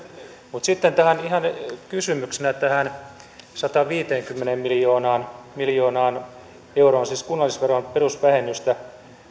mutta sitten ihan kysymyksenä tähän sataanviiteenkymmeneen miljoonaan euroon siis kunnallisveron perusvähennystä